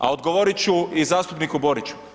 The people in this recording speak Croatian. A odgovoriti ću i zastupniku Boriću.